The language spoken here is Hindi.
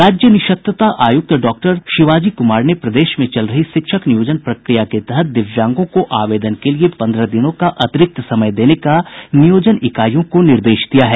राज्य निःशक्ता आयुक्त डॉक्टर शिवाजी कुमार ने प्रदेश में चल रही शिक्षक नियोजन प्रक्रिया के तहत दिव्यांगों को आवेदन के लिए पन्द्रह दिनों का अतिरिक्त समय देने का नियोजन इकाईयों को निर्देश दिया है